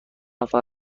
نفر